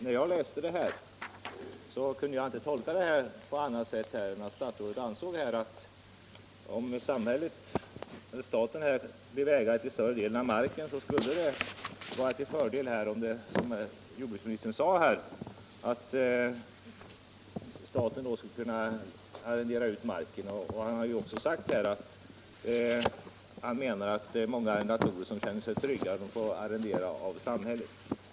När jag läste utskriften kunde jag inte tolka den på annat sätt än att statsrådet anser att det skulle vara till fördel om staten blev ägare till marken, eftersom staten då kunde arrendera ut den. Han har sagt att många arrendatorer känner sig tryggare om de får arrendera av samhället.